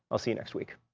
i'll see you next week.